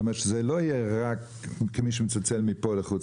שזה לא יהיה רק מי שמצלצל מכאן לחוץ